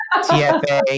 TFA